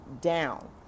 down